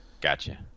Gotcha